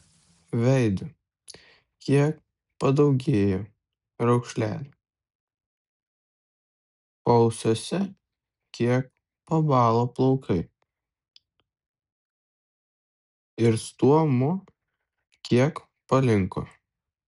veide kiek padaugėjo raukšlelių paausiuose kiek pabalo plaukai ir stuomuo kiek palinko